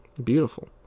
beautiful